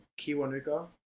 Kiwanuka